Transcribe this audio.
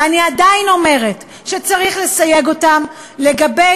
ואני עדיין אומרת שצריך לסייג אותן לגבי